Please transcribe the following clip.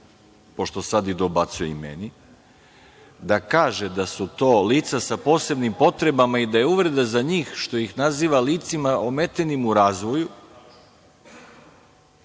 pošto sada dobacuje i meni, da kaže da su to lica sa posebnim potrebama i da je uvreda za njih što ih naziva licima ometenim u razvoju,